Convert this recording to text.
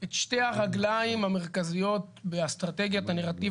את שתי הרגליים המרכזיות באסטרטגיית הנרטיב